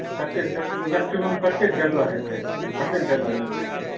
तऽ कतेक मैक्सिमम कतेक जगह हेतै कतेक जगह लेबै अहाँ